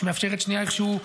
שמאפשרת שנייה איכשהו,